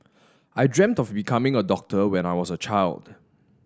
I dreamt of becoming a doctor when I was a child